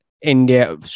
india